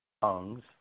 tongues